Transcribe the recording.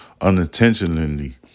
unintentionally